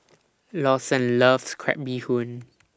Lawson loves Crab Bee Hoon